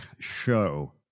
show